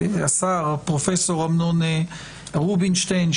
השר הפרופסור אמנון רובינשטיין,